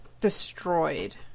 destroyed